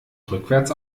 rückwärts